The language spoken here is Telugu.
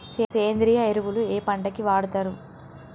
సేంద్రీయ ఎరువులు ఏ పంట కి వాడుతరు?